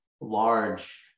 large